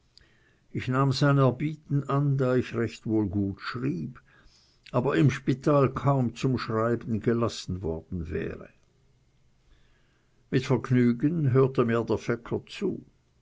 ich nahm sein erbieten an da ich wohl recht gut schrieb aber im spital kaum zum schreiben gelassen worden wäre mit vergnügen hörte mir der fecker zu